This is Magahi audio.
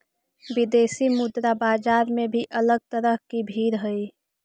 विदेशी मुद्रा बाजार में भी अलग तरह की भीड़ हई